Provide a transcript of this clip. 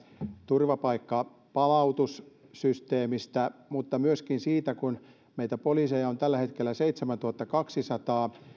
turvapaikkapalautussysteemistä mutta myöskin siitä kun meitä poliiseja on tällä hetkellä seitsemäntuhattakaksisataa